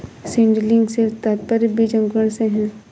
seedling से तात्पर्य बीज अंकुरण से है